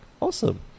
Awesome